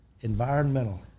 Environmental